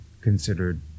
considered